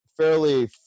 fairly